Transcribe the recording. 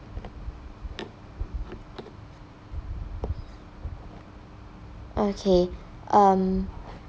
okay um